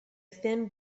thin